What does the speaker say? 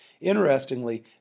Interestingly